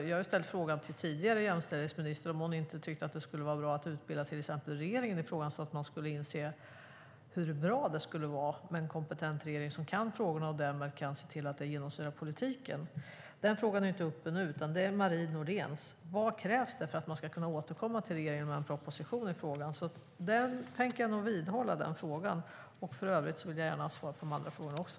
Jag har ställt frågan till tidigare jämställdhetsminister om hon inte tyckte att det skulle vara bra att utbilda till exempel regeringen i frågan så att man skulle inse hur bra det skulle vara med en kompetent regering som kan frågorna och därmed kan se till att det genomsyrar politiken. Den frågan är inte uppe nu, utan det är Marie Nordéns fråga: Vad krävs det för att man ska kunna återkomma till regeringen med en proposition i frågan? Den frågan vidhåller jag. För övrigt vill jag gärna ha svar på de andra frågorna också.